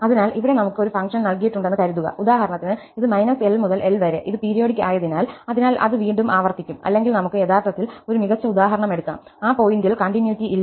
അതിനാൽ ഇവിടെ നമുക്ക് ഒരു ഫംഗ്ഷൻ നൽകിയിട്ടുണ്ടെന്ന് കരുതുക ഉദാഹരണത്തിന് ഇത് L മുതൽ L വരെ ഇത് പീരിയോഡിക് ആയതിനാൽ അതിനാൽ അത് വീണ്ടും ആവർത്തിക്കും അല്ലെങ്കിൽ നമുക്ക് യഥാർത്ഥത്തിൽ ഒരു മികച്ച ഉദാഹരണം എടുക്കാം ആ പോയിന്റിൽ കണ്ടിന്യൂയിറ്റി ഇല്ല